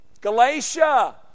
Galatia